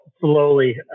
slowly